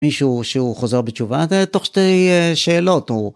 מישהו שהוא חוזר בתשובה זה תוך שתי שאלות